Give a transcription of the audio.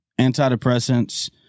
antidepressants